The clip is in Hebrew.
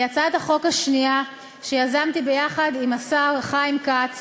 היא הצעת החוק השנייה שיזמתי ביחד עם השר חיים כץ